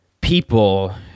people